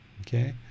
Okay